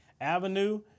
Avenue